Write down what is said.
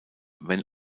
wenn